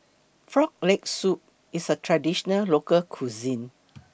Frog Leg Soup IS A Traditional Local Cuisine